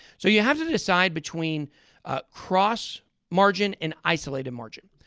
so you have to decide between ah cross margin and isolated margin.